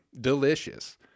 delicious